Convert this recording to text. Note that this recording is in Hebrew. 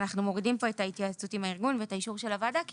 אנחנו מורידים פה את ההתייעצות עם הארגון ואת האישור של הוועדה כי